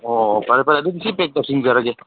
ꯑꯣ ꯐꯔꯦ ꯐꯔꯦ ꯑꯗꯨꯗꯤ ꯁꯤ ꯄꯦꯛ ꯇꯧꯁꯤꯟꯖꯔꯒꯦ